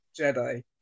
Jedi